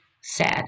sad